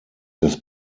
das